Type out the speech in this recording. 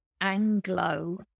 Anglo